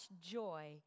joy